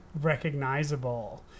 recognizable